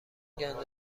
گندم